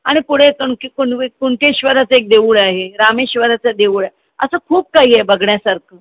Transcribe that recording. आणि पुढे तुण कुणवे कुण कुणकेश्वराचं एक देऊळ आहे रामेश्वराचं देऊळ आहे असं खूप काही आहे बघण्यासारखं